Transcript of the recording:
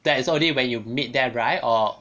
that is only when you meet them right or